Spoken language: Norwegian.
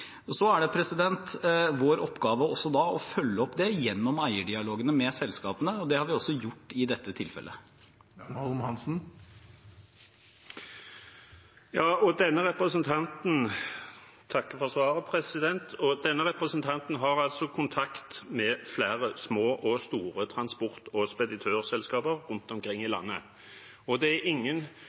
Det er vår oppgave å følge opp det gjennom eierdialogene med selskapene. Det har vi også gjort i dette tilfellet. Denne representanten takker for svaret. Denne representanten har kontakt med flere små og store transport- og speditørselskaper rundt omkring i landet. Og det er ingen